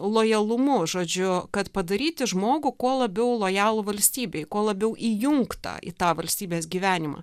lojalumu žodžiu kad padaryti žmogų kuo labiau lojalų valstybei kuo labiau įjungtą į tą valstybės gyvenimą